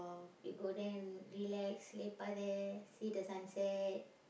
we go there and relax lepak there see the sunset